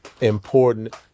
important